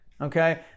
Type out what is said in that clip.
Okay